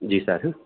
जी sir हाँ